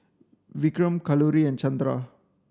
Vikram Kalluri and Chandra